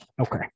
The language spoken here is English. Okay